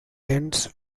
tents